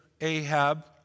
Ahab